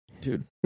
Dude